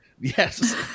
Yes